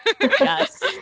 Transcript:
Yes